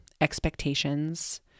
expectations